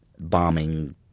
bombing